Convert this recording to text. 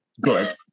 Good